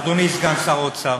זה בלוף, אדוני סגן שר האוצר.